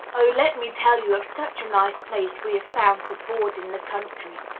oh, let me tell you of such a nice place we have found to board in the country.